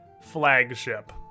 flagship